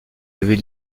lever